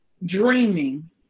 dreaming